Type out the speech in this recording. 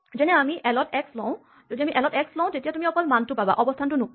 যেনে যদি আমি এল ত এক্স লওঁ তেতিয়া তুমি অকল মানটো পাবা অৱস্হানটো নোপোৱা